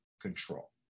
control